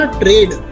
trade